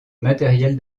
matériel